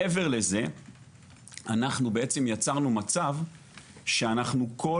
מעבר לזה אנחנו בעצם יצרנו מצב שאנחנו כל